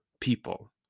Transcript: people